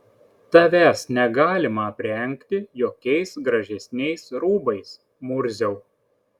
tavęs negalima aprengti jokiais gražesniais rūbais murziau